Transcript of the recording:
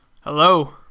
Hello